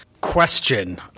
question